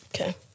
Okay